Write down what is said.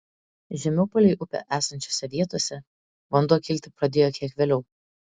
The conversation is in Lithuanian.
žemiau palei upę esančiose vietose vanduo kilti pradėjo kiek vėliau